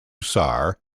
sar